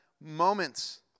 moments